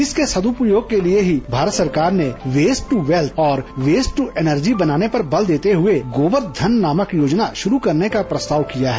इस के सद्गयोग के लिए ही भारत सरकार ने वेस्ट दू वैल्थ और वेस्ट दू एनर्जी बनाने पर बल देते हुए गोबर धन नामक योजना शुरू करने का प्रस्ताव किया है